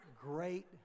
great